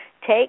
take